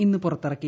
ഇന്ന് പുറത്തീറക്കി